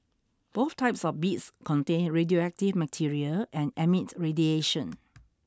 both types of beads contain radioactive material and emit radiation